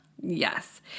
Yes